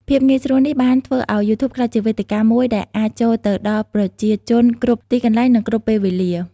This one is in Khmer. ភាពងាយស្រួលនេះបានធ្វើឱ្យយូធូបក្លាយជាវេទិកាមួយដែលអាចចូលទៅដល់ប្រជាជនគ្រប់ទីកន្លែង និងគ្រប់ពេលវេលា។